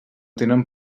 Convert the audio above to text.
tenen